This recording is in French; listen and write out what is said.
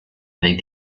avec